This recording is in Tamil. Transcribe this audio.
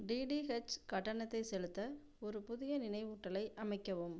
டிடிஹெச் கட்டணத்தை செலுத்த ஒரு புதிய நினைவூட்டலை அமைக்கவும்